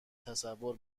تصور